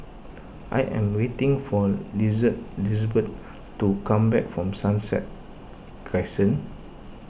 I am waiting for Lize Lizeben to come back from Sunset Crescent